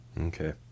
Okay